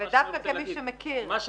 לא הובנתי.